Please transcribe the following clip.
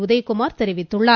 உதயகுமார் தெரிவித்துள்ளார்